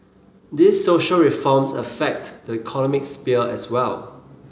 these social reforms affect the economic sphere as well